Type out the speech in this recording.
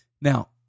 Now